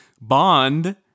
bond